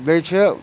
بیٚیہِ چھِ